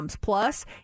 Plus